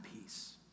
peace